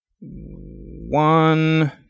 One